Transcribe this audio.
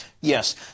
Yes